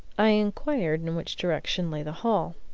i inquired in which direction lay the hall.